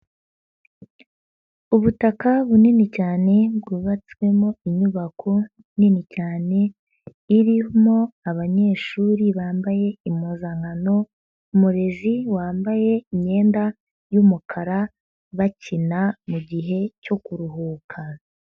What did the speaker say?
Ubutaka bunini cyane bwubatswemo inyubako nini cyane, irimo abanyeshuri bambaye impuzankano, umurezi wambaye imyenda y'umukara, bakina mu gihe cyo kuruhuka.